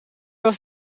was